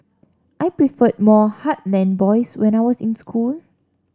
I preferred more heartland boys when I was in school